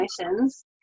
emotions